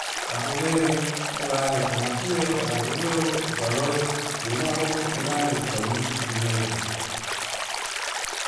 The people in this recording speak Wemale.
Ahule holae ana pue ho ala uwei ho tuka loi domaho me'ane tuka miku tine'i